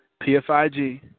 PFIG